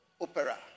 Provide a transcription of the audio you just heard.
Opera